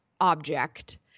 object